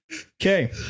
Okay